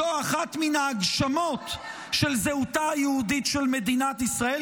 זו אחת מן ההגשמות של זהותה היהודית של מדינת ישראל,